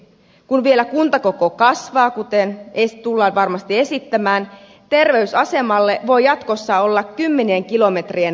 kun vielä kuntakoko kasvaa kuten tullaan varmasti esittämään terveysasemalle voi jatkossa olla kymmenien kilometrien matka